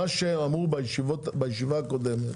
מה שאמרו בישיבה הקודמת,